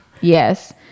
Yes